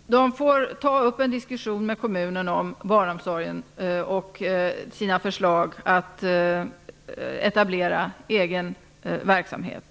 Herr talman! De får ta upp en diskussion med kommunen om barnomsorgen och sina förslag att etablera egen verksamhet.